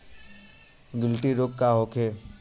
गिल्टी रोग का होखे?